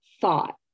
thought